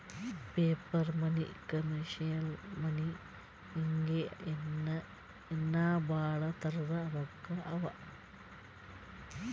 paper money, commercial money ಹಿಂಗೆ ಇನ್ನಾ ಭಾಳ್ ತರದ್ ರೊಕ್ಕಾ ಅವಾ